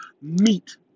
meat